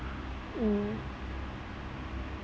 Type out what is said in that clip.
mm